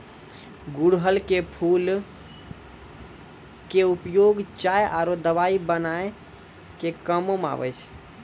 गुड़हल के फूल के उपयोग चाय आरो दवाई बनाय के कामों म आबै छै